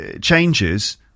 changes